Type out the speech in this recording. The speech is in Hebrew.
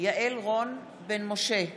יעל רון בן משה,